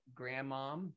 grandmom